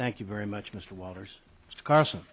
thank you very much mr walters carson